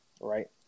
right